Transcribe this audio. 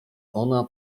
ona